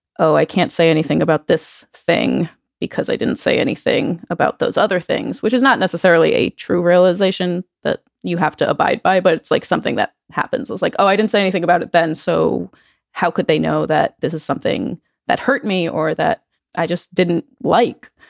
oh, i can't say anything about this thing because i didn't say anything about those other things, which is not necessarily a true realization that you have to abide by. but it's like something that happens. it's like, oh, i didn't say anything about it then. so how could they know that this is something that hurt me or that i just didn't like?